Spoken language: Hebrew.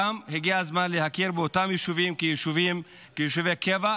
הגיע הזמן להכיר גם באותם יישובים כיישובי קבע,